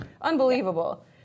unbelievable